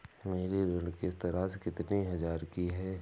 मेरी ऋण किश्त राशि कितनी हजार की है?